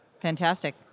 Fantastic